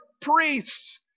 priests